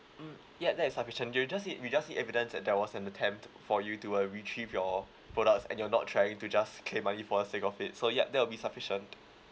mm yup that is sufficient you just need you just need evidence that there was an attempt for you to uh retrieve your folders and you're not trying to just claim money for the sake of it so ya that'll be sufficient